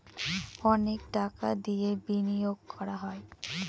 অনেক টাকা দিয়ে বিনিয়োগ করা হয়